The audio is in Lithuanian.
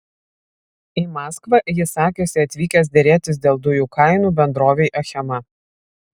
į maskvą jis sakėsi atvykęs derėtis dėl dujų kainų bendrovei achema